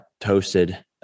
toasted